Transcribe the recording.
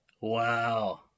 Wow